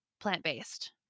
plant-based